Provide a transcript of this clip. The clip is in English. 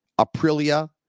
Aprilia